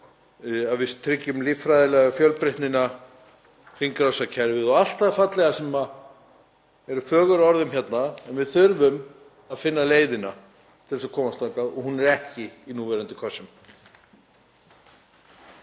góðu, tryggjum líffræðilega fjölbreytni, hringrásarkerfið og allt það fallega sem eru fögur orð um hérna. En við þurfum að finna leiðina til að komast þangað og hún er ekki í núverandi kössum.